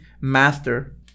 master